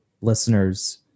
listeners